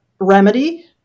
remedy